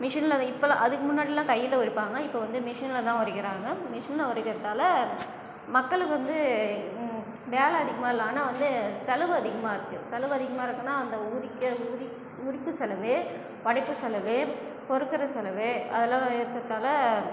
மிஷினில் இப்போலாம் அதுக்கு முன்னாடிலாம் கையில் உரிப்பாங்க இப்போ வந்து மிஷினில் தான் உரிக்கிறாங்க மிஷினில் உரிக்கிறதால மக்களுக்கு வந்து வேலை அதிகமாக இல்லை ஆனால் வந்து செலவு அதிகமாக இருக்குது செலவு அதிகமாக இருக்குனால் அந்த உரிக்க உரி உரிக்கும் செலவு உடைச்ச செலவு பொறுக்குகிற செலவு அதலாம் இருக்கறதால